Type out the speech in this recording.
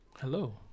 Hello